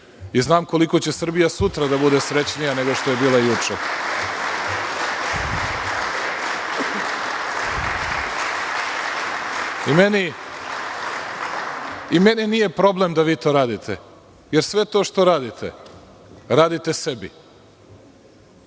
i znam koliko će Srbija sutra da bude srećnija nego što je juče. Meni nije problem da vi to radite, jer sve to što radite, radite sebi